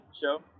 show